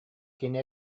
кини